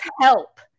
help